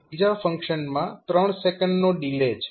ત્રીજા ફંક્શનમાં 3 સેકંડનો ડિલેય છે